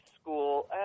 school